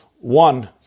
One